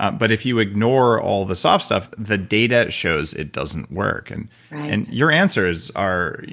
but if you ignore all the soft stuff the data shows it doesn't work and and your answers are,